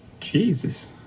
Jesus